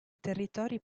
territori